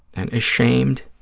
and ashamed,